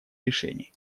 решений